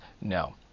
no